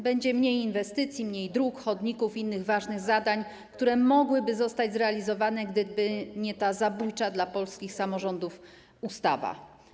Będzie mniej inwestycji, mniej dróg, chodników i innych ważnych zadań, które mogłyby zostać zrealizowane, gdyby nie ta zabójcza dla polskich samorządów ustawa.